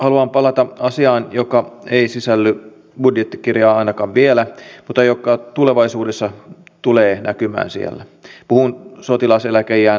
en uskokaan että ministerit itse kirjoittavat vastaukset kirjallisiin kysymyksiin vaan laittavat nimensä alle